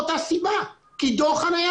רק חוב חלוט.